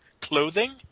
clothing